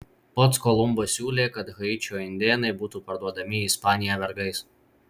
pats kolumbas siūlė kad haičio indėnai būtų parduodami į ispaniją vergais